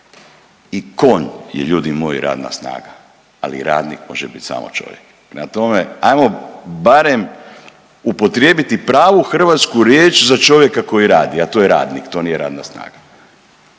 I konj je ljudi moji radna snaga, ali radnik može biti samo čovjek. Prema tome, ajmo barem upotrijebiti pravu hrvatsku riječ za čovjeka koji radi, a to je radnik to nije radna snaga.